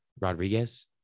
Rodriguez